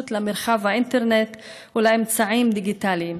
של מרחב האינטרנט ואמצעים דיגיטליים,